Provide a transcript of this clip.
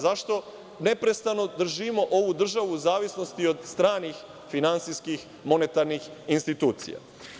Zašto neprestano držimo ovu državu u zavisnosti od stranih finansijskih monetarnih institucija?